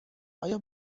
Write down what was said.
آیا